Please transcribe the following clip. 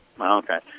Okay